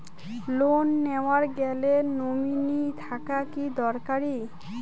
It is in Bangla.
লোন নেওয়ার গেলে নমীনি থাকা কি দরকারী?